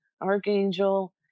archangel